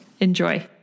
Enjoy